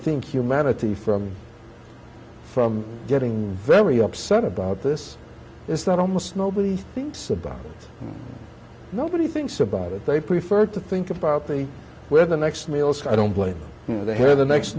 think humanity from from getting very upset about this is that almost nobody thinks about it nobody thinks about it they prefer to think about they where the next meal's i don't play the where the next